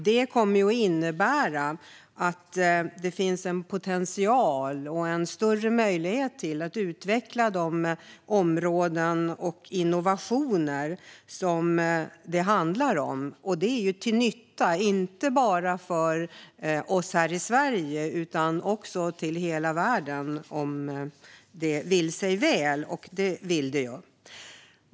Det kommer att innebära att det finns en potential och en större möjlighet att utveckla de områden och innovationer som det handlar om. Det är till nytta, inte bara för oss här i Sverige utan för hela världen om det vill sig väl, och det vill det ju.